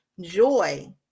joy